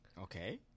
Okay